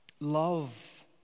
Love